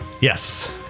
Yes